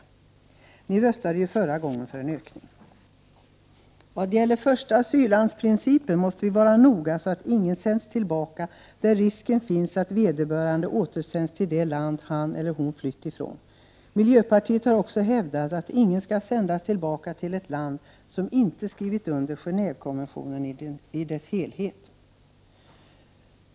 Ni röstade ju förra gången för en ökning. Vad gäller första-asylland-principen måste vi vara noga. Ingen skall sändas tillbaka när risken finns att vederbörande återsänds till det land som han eller hon har flytt från. Vi i miljöpartiet har också hävdat att ingen skall sändas tillbaka till ett land som inte skrivit under Genåvekonventionen och accepterat denna i dess helhet.